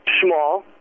small